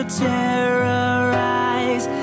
terrorize